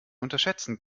unterschätzen